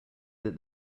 that